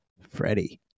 Freddie